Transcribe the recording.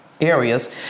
Areas